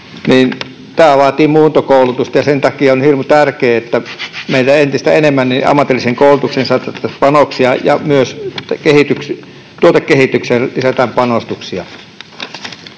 tämä vaatii muuntokoulutusta. Sen takia olisi hirmu tärkeää, että meillä entistä enemmän ammatilliseen koulutukseen satsattaisiin panoksia ja myös tuotekehitykseen lisättäisiin panostuksia.